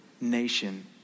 nation